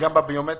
גם בביומטרי?